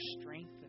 strength